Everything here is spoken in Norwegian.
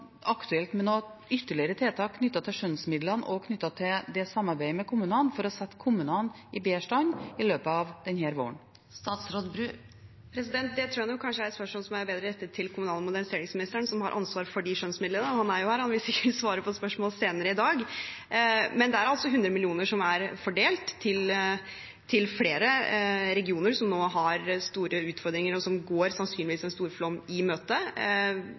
aktuelt med noen ytterligere tiltak knyttet til skjønnsmidlene og til det samarbeidet med kommunene for å sette kommunene i bedre stand i løpet av denne våren? Det tror jeg kanskje er et spørsmål som er bedre å rette til kommunal- og moderniseringsministeren, som har ansvaret for de skjønnsmidlene. Han er jo her og vil sikkert svare på spørsmål senere i dag. Men det er altså 100 mill. kr som er fordelt til flere regioner som nå har store utfordringer, og som sannsynligvis går en storflom i møte. Vi opplevde på det møtet